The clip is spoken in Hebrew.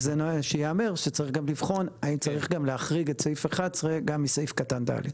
שייאמר שצריך גם לבחון האם צריך להחריג את סעיף 11 גם מסעיף קטן (ד).